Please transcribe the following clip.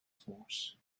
force